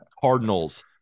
Cardinals